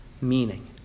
meaning